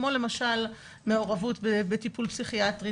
כמו למשל מעורבות בטיפול פסיכיאטרי,